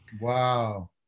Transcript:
Wow